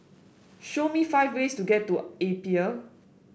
show me five ways to get to Apia